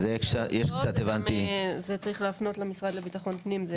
את זה צריך להפנות למשרד לביטחון פנים.